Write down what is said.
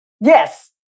Yes